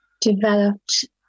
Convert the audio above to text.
developed